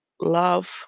love